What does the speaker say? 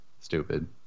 Stupid